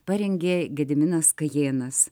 parengė gediminas kajėnas